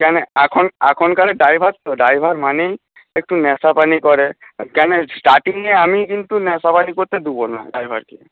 কেন এখন এখনকার ড্রাইভার তো ড্রাইভার মানেই একটু নেশাপানি করে কেন স্টার্টিংয়ে আমি কিন্তু নেশাপানি করতে দেবো না ড্রাইভারকে